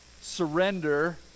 surrender